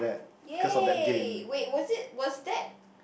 yay wait was it was that